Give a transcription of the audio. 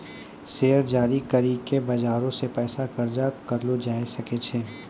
share जारी करि के बजारो से पैसा कर्जा करलो जाय सकै छै